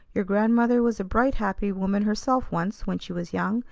your grandmother was a bright, happy woman herself once when she was young,